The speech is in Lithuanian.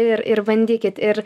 ir ir bandykit ir